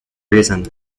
reason